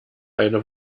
eine